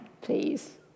please